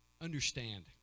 Understand